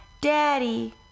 Daddy